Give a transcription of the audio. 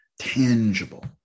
tangible